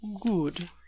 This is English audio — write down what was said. Good